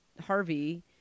Harvey